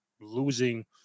losing